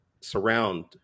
surround